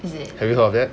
is it